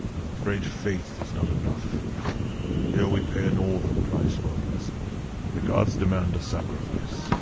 i'm afraid faith is not enough here we pay a northern price for a blessing the gods demand a sacrifice